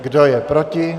Kdo je proti?